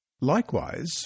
Likewise